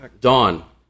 Dawn